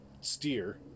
steer